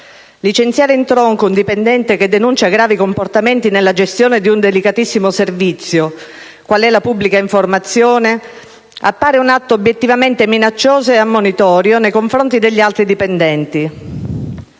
Licenziare in tronco un dipendente che denuncia gravi comportamenti nella gestione di un delicatissimo servizio qual è la pubblica informazione appare un atto obiettivamente minaccioso e ammonitorio nei confronti degli altri dipendenti.